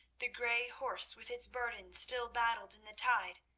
the grey horse with its burden still battled in the tide.